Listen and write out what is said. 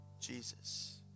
Jesus